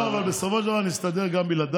לקחתם אותו, אבל בסופו של דבר נסתדר גם בלעדיו.